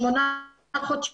שמונה חודשים